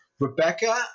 Rebecca